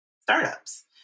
startups